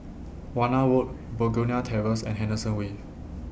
Warna Road Begonia Terrace and Henderson Wave